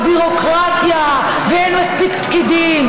הביורוקרטיה, ואין מספיק פקידים.